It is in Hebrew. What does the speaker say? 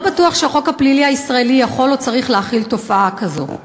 לא בטוח שהחוק הפלילי יכול או צריך להכיל תופעה כזאת.